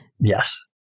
Yes